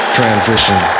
Transition